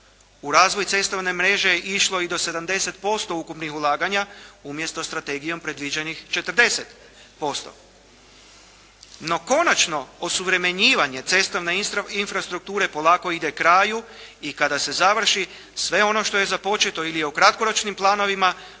U razvoj cestovne mreže išlo je i do 70% ukupnih ulaganja umjesto strategijom predviđenih 40%. No konačno osuvremenjivanje cestovne infrastrukture polako ide kraju i kada se završi sve ono što je započeto ili u kratkoročnim planovima,